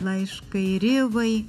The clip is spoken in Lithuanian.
laiškai rivai